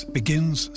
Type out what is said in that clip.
begins